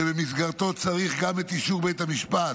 שבמסגרתו צריך גם את אישור בית המשפט